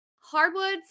hardwoods